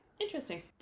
interesting